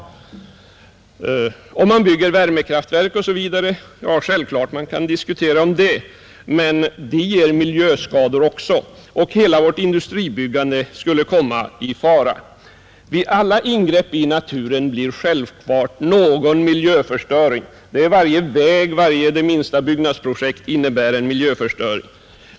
Självklart kan man diskutera att bygga värmekraftverk osv., men sådana ger också miljöskador. Hela vårt industribyggande skulle komma i fara. Vid alla ingrepp i naturen blir det självklart någon miljöförstöring — varje väg, varje byggnadsprojekt innebär en miljöförstöring.